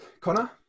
Connor